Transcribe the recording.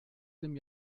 dem